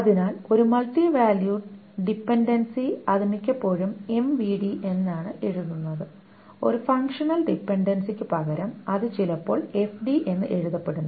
അതിനാൽ ഒരു multi valued dependency അത് മിക്കപ്പോഴും എംവിഡി എന്നാണ് എഴുതുന്നത് ഒരു ഫങ്ഷണൽ ഡിപൻഡൻസിക്ക് പകരം അത് ചിലപ്പോൾ എഫ്ഡി എന്ന് എഴുതപ്പെടുന്നു